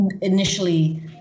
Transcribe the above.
initially